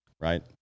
right